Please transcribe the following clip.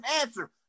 answer